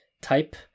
type